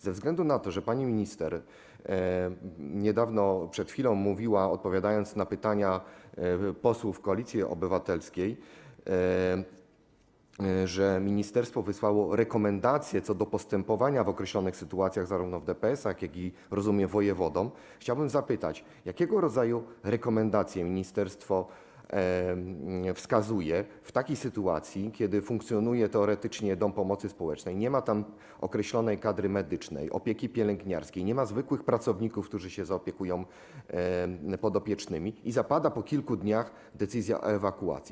Ze względu na to, że pani minister niedawno, przed chwilą mówiła, odpowiadając na pytania posłów Koalicji Obywatelskiej, że ministerstwo wysłało rekomendacje co do postępowania w określonych sytuacjach, np. w DPS-ach, rozumiem, wojewodom, chciałbym zapytać: Jakiego rodzaju rekomendacje ministerstwo wskazuje w takiej sytuacji, kiedy teoretycznie funkcjonuje dom pomocy społecznej, nie ma tam określonej kadry medycznej, opieki pielęgniarskiej, nie ma zwykłych pracowników, którzy się zaopiekują podopiecznymi, i zapada po kilku dniach decyzja o ewakuacji?